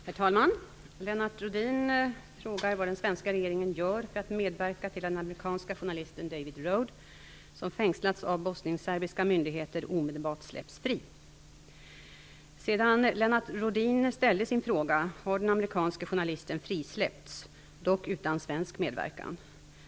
Herr talman! Lennart Rohdin frågar vad den svenska regeringen gör för att medverka till att den amerikanske journalisten David Rohde, som fängslats av bosnienserbiska myndigheter, omedelbart släpps fri. Sedan Lennart Rohdin ställde sin fråga har den amerikanske journalisten frisläppts, dock utan svensk medverkan.